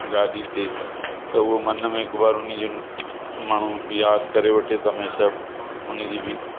गाॾी ते त उहो मन में हिकु बार उन जो माण्हू यादि करे वठे त में शब उन्हीअ जी बि